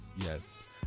Yes